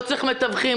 לא צריך מתווכים?